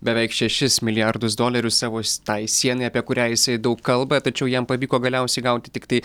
beveik šešis milijardus dolerių savo tai sienai apie kurią jisai daug kalba tačiau jam pavyko galiausiai gauti tiktai